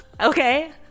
Okay